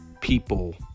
people